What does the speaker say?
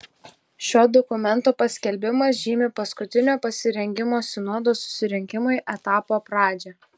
šio dokumento paskelbimas žymi paskutinio pasirengimo sinodo susirinkimui etapo pradžią